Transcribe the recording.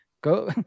Go